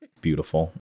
Beautiful